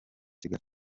kigali